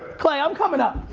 clay, i'm coming up.